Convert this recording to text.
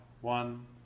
one